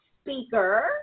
speaker